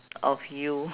of you